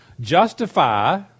Justify